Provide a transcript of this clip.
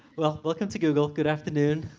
well, welcome to google. good afternoon.